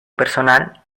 personal